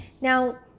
Now